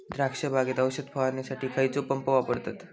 द्राक्ष बागेत औषध फवारणीसाठी खैयचो पंप वापरतत?